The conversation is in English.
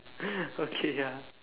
okay ya